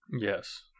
Yes